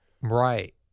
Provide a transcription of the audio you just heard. Right